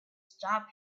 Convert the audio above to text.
stop